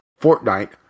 Fortnite